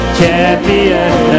champion